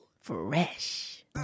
Fresh